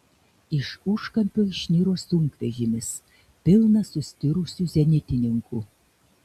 iš užkampio išniro sunkvežimis pilnas sustirusių zenitininkų